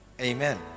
Amen